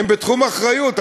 הן בתחום אחריות,